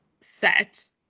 set